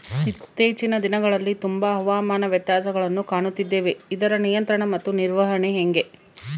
ಇತ್ತೇಚಿನ ದಿನಗಳಲ್ಲಿ ತುಂಬಾ ಹವಾಮಾನ ವ್ಯತ್ಯಾಸಗಳನ್ನು ಕಾಣುತ್ತಿದ್ದೇವೆ ಇದರ ನಿಯಂತ್ರಣ ಮತ್ತು ನಿರ್ವಹಣೆ ಹೆಂಗೆ?